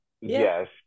yes